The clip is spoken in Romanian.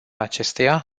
acesteia